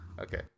Okay